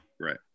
right